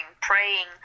praying